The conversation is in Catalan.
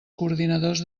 coordinadors